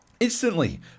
Instantly